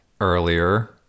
earlier